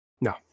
No